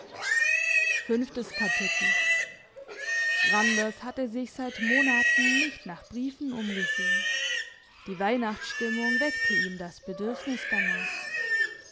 randers hatte sich seit monaten nicht nach briefen umgesehen die weihnachtsstimmung weckte ihm das bedürfnis danach